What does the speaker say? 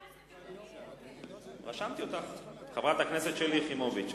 היא חברת הכנסת שלי יחימוביץ.